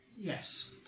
yes